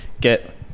get